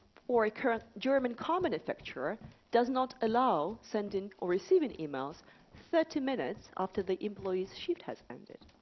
or a current german car manufacturer does not allow sending or receiving emails thirty minutes after the employee's shift has ended.